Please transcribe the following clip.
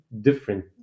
different